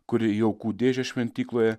kuri į aukų dėžę šventykloje